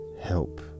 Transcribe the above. help